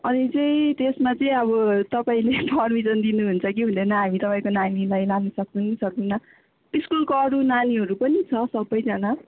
अनि चाहिँ त्यसमा चाहिँ अब तपाईँले पर्मिसन दिनुहुन्छ कि हुँदैन हामी तपाईँको नानीलाई लानुसक्छौँ कि सक्दैन स्कुलको अरू नानीहरू पनि छ सबैजना